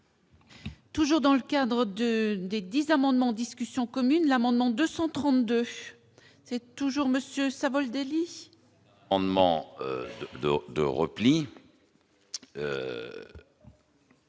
Toujours dans le cadre de des 10 amendements, discussions communes l'amendement 232 c'est toujours Monsieur Savoldelli.